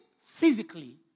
physically